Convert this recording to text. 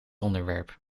onderwerp